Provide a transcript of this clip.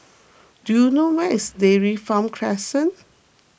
do you know where is Dairy Farm Crescent